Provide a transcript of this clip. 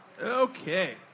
Okay